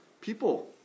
people